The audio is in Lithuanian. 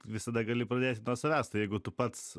visada gali pradėti nuo savęs tai jeigu tu pats